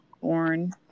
born